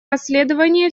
расследование